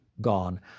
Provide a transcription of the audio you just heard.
Gone